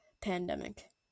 pandemic